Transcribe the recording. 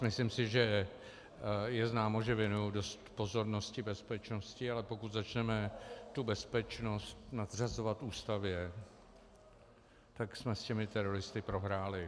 Myslím si, že je známo, že věnuji dost pozornosti bezpečnosti, ale pokud začneme tu bezpečnost nadřazovat Ústavě, tak jsme s těmi teroristy prohráli.